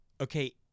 okay